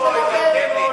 הצביעות שלכם,